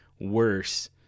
worse